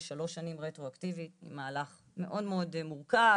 שלוש שנים רטרואקטיבית הוא מהלך מאוד מאוד מורכב,